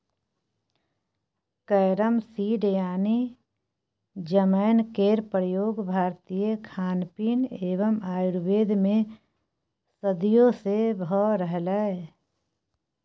carrom seed यानी जमैन केर प्रयोग भारतीय खानपीन एवं आयुर्वेद मे सदियों सँ भ रहलैए